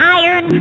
iron